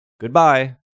goodbye